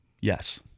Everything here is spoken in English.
Yes